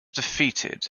defeated